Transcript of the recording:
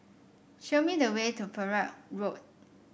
show me the way to Perak Road